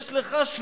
יש לך שליחים